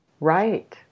Right